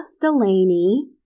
Delaney